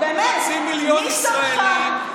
חצי מיליון ישראלים,